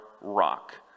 rock